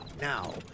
Now